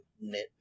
knit